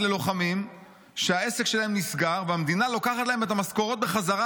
ללוחמים שהעסק שלהם נסגר והמדינה לוקחת להם את המשכורות בחזרה.